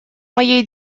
моей